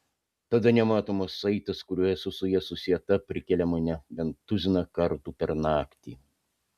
tada nematomas saitas kuriuo esu su ja susieta prikelia mane bent tuziną kartų per naktį